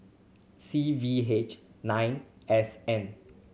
C V H nine S N